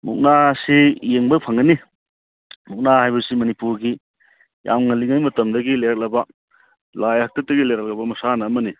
ꯃꯨꯛꯅꯥ ꯑꯁꯤ ꯌꯦꯡꯕ ꯐꯪꯒꯅꯤ ꯃꯨꯛꯅꯥ ꯍꯥꯏꯕꯁꯤ ꯃꯅꯤꯄꯨꯔꯒꯤ ꯌꯥꯝ ꯉꯜꯂꯤꯉꯩ ꯃꯇꯝꯗꯒꯤ ꯂꯩꯔꯛꯂꯕ ꯂꯥꯏ ꯍꯥꯛꯇꯛꯇꯒꯤ ꯂꯩꯔꯛꯂꯕ ꯃꯁꯥꯟꯅ ꯑꯃꯅꯤ